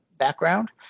Background